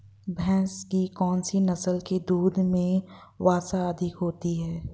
भैंस की कौनसी नस्ल के दूध में वसा अधिक होती है?